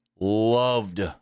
loved